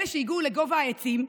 אלה שהגיעו לגובה העצים,